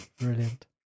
brilliant